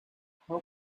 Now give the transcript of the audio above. how